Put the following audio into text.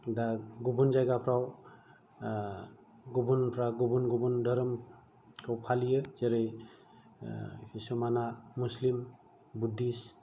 दा गुबुन जायगाफोराव गुबुनफोरा गुबुन गुबुन धोरोमखौ फालियो जेरै खायसेआ मुस्लिम बुद्धिस